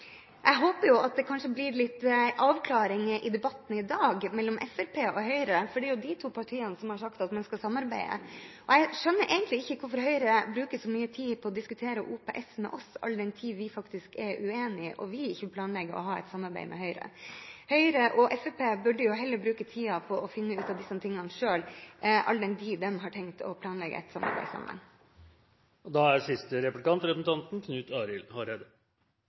Jeg håper at det kanskje blir litt avklaringer mellom Fremskrittspartiet og Høyre i debatten i dag, for det er jo de to partiene som har sagt at de skal samarbeide. Jeg skjønner egentlig ikke hvorfor Høyre bruker så mye tid på å diskutere OPS med oss, all den tid vi faktisk er uenige og ikke planlegger å ha et samarbeid med Høyre. Høyre og Fremskrittspartiet burde heller bruke tiden på å finne ut av disse tingene selv, all den tid de har tenkt å planlegge et samarbeid. Representanten Halleraker stilte eit spørsmål: Kvar er dokumentasjonen frå regjeringspartia og Framstegspartiet? Representanten